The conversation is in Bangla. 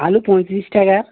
আলু পঁয়তিরিশ টাকা